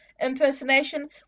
impersonation